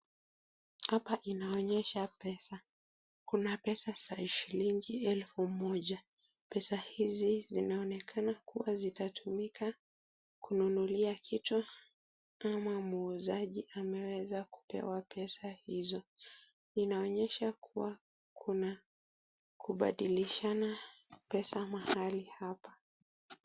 Hapa inaonyesha pesa, kuna pesa za shilingi elfu moja. Pesa hizi zinaonekana kuwa zitatumika kununulia kitu ama muuzaji anaweza kupewa pesa hizo. Inaonyesha kuwa kuna kubadilishana pesa mahali hapa.